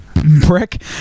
Brick